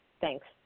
Thanks